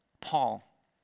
Paul